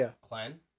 clan